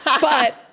But-